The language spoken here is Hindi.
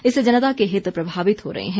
इससे जनता के हित प्रभावित हो रहे हैं